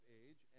age